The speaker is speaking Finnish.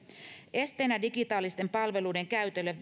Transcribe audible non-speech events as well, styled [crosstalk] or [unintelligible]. esteenä digitaalisten palveluiden käytölle [unintelligible]